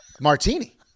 martini